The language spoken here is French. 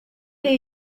est